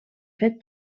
fet